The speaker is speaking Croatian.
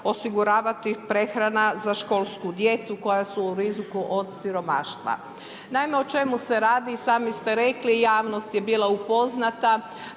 osiguravati prehrana za školsku djecu koja su u riziku od siromaštva. Naime, o čemu se radi i sami ste rekli i javnost je bila upoznata